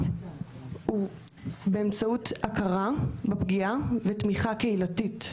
הוא באמצעות הכרה בפגיעה ותמיכה קהילתית.